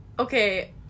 Okay